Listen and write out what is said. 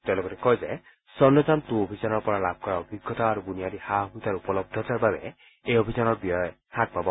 তেওঁ লগতে কয় চন্দ্ৰযান টু অভিযানৰ পৰা লাভ কৰা অভিজ্ঞতা আৰু বুনিয়াদী সা সুবিধাৰ উপলব্ধতাৰ বাবে এই অভিযানৰ ব্যয় হ্বাস পাব